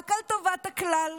רק על טובת הכלל,